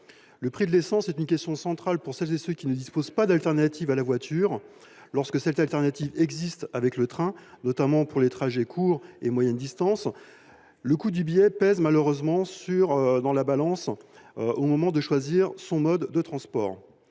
Le prix de l’essence est un sujet central pour celles et ceux qui ne disposent pas d’alternative à la voiture. Lorsque cette alternative existe et qu’il s’agit du train, notamment pour les trajets courts et les moyennes distances, le coût du billet pèse dans la balance au moment de choisir son mode de transport.